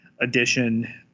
edition